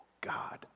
God